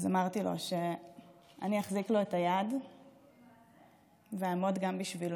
אז אמרתי לו שאני אחזיק לו את היד ואעמוד גם בשבילו.